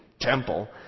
temple